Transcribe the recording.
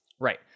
Right